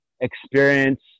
experience